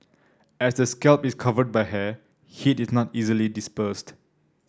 as the scalp is covered by hair heat is not easily dispersed